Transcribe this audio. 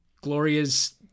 Gloria's